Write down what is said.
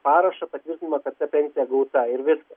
parašą patvirtinimą kad ta pensija gauta ir viska